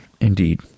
Indeed